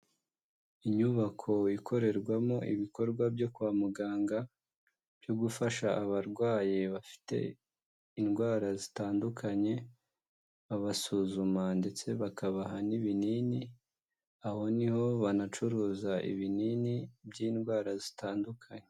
Inyubako ikorerwamo ibikorwa byo kwa muganga byo gufasha abarwayi bafite indwara zitandukanye babasuzuma ndetse bakabaha n'ibinini, aho niho banacuruza ibinini by'indwara zitandukanye.